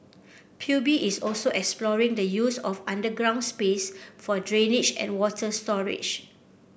P U B is also exploring the use of underground space for drainage and water storage